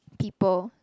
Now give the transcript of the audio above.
people